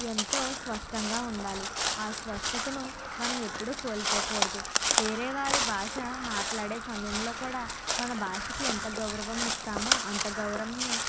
ఎంతో స్పష్టంగా ఉండాలి ఆ స్పష్టతను మనం ఎప్పుడూ కోల్పోకూడదు వేరే వారి భాష మాట్లాడే సమయంలో కూడా మన భాషకి ఎంత గౌరవం ఇస్తామో అంత గౌరమమే